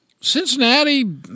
Cincinnati